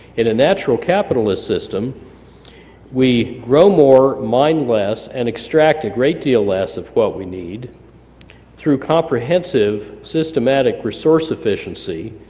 in a natural capitalist system we grow more, mine less, and extract a great deal less of what we need through comprehensive systematic resource efficiency